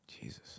Jesus